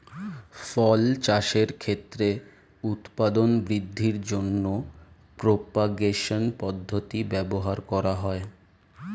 ফল চাষের ক্ষেত্রে উৎপাদন বৃদ্ধির জন্য প্রপাগেশন পদ্ধতি ব্যবহার করা হয়